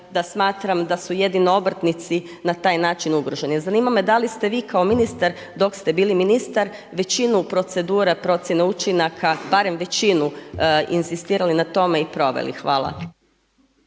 da smatram da su jedino obrtnici na taj način ugroženi. Zanima me da li ste vi kao ministar dok ste bili ministar većinu procedure procjene učinaka barem većinu inzistirali na tome i proveli. Hvala.